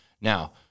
Now